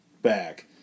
back